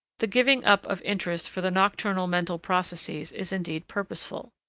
the giving up of interest for the nocturnal mental processes is indeed purposeful.